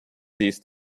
these